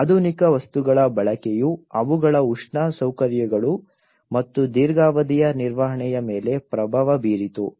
ಆಧುನಿಕ ವಸ್ತುಗಳ ಬಳಕೆಯು ಅವುಗಳ ಉಷ್ಣ ಸೌಕರ್ಯಗಳು ಮತ್ತು ದೀರ್ಘಾವಧಿಯ ನಿರ್ವಹಣೆಯ ಮೇಲೆ ಪ್ರಭಾವ ಬೀರಿತು